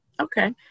Okay